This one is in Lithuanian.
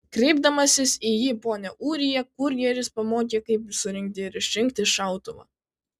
kreipdamasis į jį pone ūrija kurjeris pamokė kaip surinkti ir išrinkti šautuvą